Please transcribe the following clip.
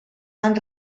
van